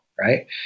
right